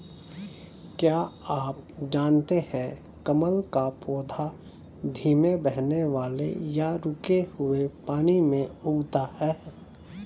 क्या आप जानते है कमल का पौधा धीमे बहने वाले या रुके हुए पानी में उगता है?